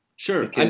Sure